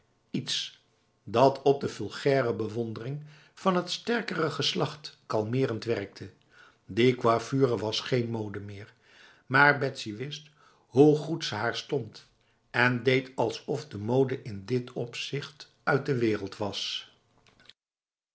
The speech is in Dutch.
iets dat op de vulgaire bewondering van t sterkere geslacht kalmerend werkte die coiffure was geen mode meer maar betsy wist hoe goed ze haar stond en deed alsof de mode in dit opzicht uit de wereld was